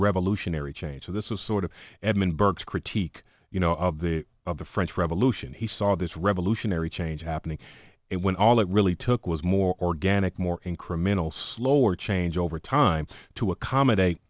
revolutionary change so this is sort of edmund burke critique you know of the of the french revolution he saw this revolutionary change happening and when all it really took was more organic more incremental slower change over time to accommodate